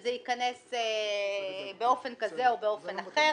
שזה ייכנס באופן כזה או באופן אחר.